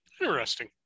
interesting